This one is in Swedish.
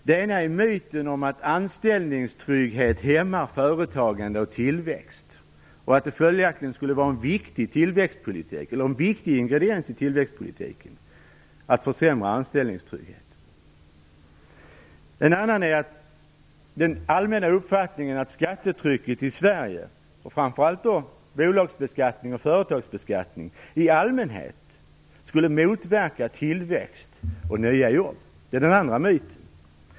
Det är myten om att anställningstrygghet hämmar företagande och tillväxt och att det följaktligen skulle vara en viktig ingrediens i tillväxtpolitiken att försämra anställningstryggheten. En annan myt är den allmänna uppfattningen att skattetrycket i Sverige - framför allt bolagsbeskattning och företagsbeskattning - i allmänhet skulle motverka tillväxt och nya jobb. Det är den andra myten.